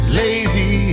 lazy